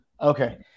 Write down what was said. okay